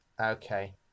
Okay